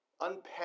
unpack